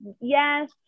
yes